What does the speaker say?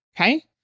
Okay